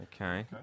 Okay